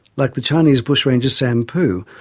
like the chinese bushranger, sam poo,